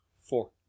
Four